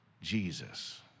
Jesus